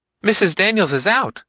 mrs. daniels is out,